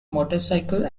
motorcycle